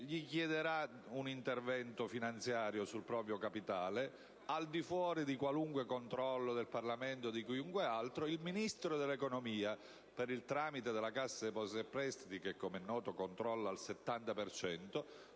chiedendogli un intervento finanziario sul proprio capitale, al di fuori del controllo del Parlamento e di chiunque altro, e il Ministro dell'economia, per il tramite della Cassa depositi e prestiti (che, come è noto, controlla al 70